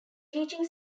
teaching